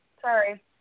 Sorry